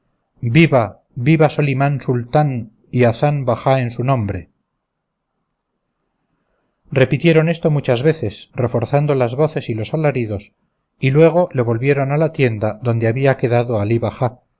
viva viva solimán sultán y hazán bajá en su nombre repitieron esto muchas veces reforzando las voces y los alaridos y luego le volvieron a la tienda donde había quedado alí bajá